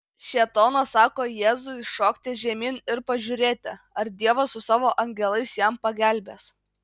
šėtonas sako jėzui šokti žemyn ir pažiūrėti ar dievas su savo angelais jam pagelbės